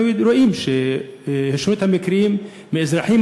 אנחנו רואים שהשוו את המקרים ואזרחים